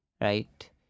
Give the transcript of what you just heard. right